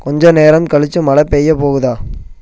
கொஞ்ச நேரம் கழிச்சி மழை பெய்ய போகுதா